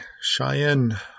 Cheyenne